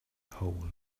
hole